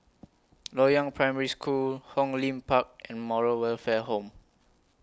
Loyang Primary School Hong Lim Park and Moral Welfare Home